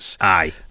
aye